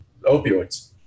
opioids